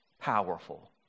powerful